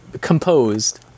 composed